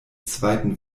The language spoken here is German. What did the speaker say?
zweiten